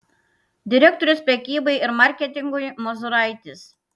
direktorius prekybai ir marketingui mozuraitis